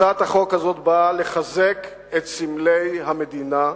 הצעת החוק הזאת באה לחזק את סמלי המדינה.